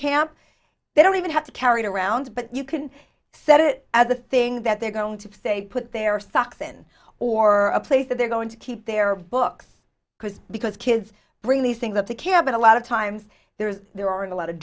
camp they don't even have to carry it around but you can set it as a thing that they're going to say put their socks in or a place that they're going to keep their books because because kids bring these things up the cabin a lot of times there's there aren't a lot of